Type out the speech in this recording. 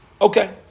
Okay